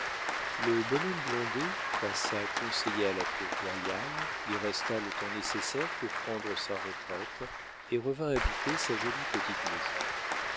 le bonhomme blondet passa conseiller à la cour royale y resta le temps nécessaire pour prendre sa retraite et revint habiter sa jolie petite maison